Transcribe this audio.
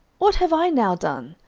what have i now done?